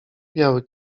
biały